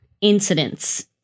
incidents